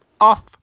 off